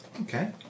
Okay